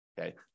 Okay